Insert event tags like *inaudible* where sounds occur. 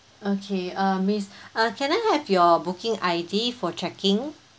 okay uh miss *breath* uh can I have your booking I_D for checking